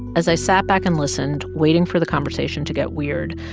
as i sat back and listened, waiting for the conversation to get weird,